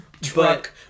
truck